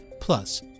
Plus